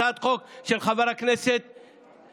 הצעת חוק של חבר הכנסת גפני,